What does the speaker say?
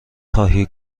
خواهی